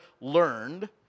learned